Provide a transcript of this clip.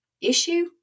issue